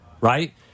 right